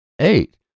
Eight